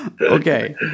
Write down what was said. Okay